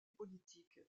politique